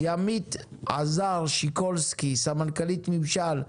ימית עזר שיקולסקי סמנכ"לית ממשל,